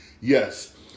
yes